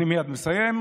אני מייד מסיים.